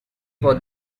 for